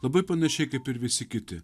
labai panašiai kaip ir visi kiti